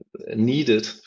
needed